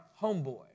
homeboy